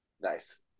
Nice